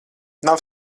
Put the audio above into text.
nav